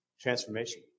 transformation